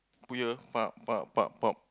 put here eh Pa Pa Pa Pa